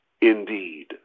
indeed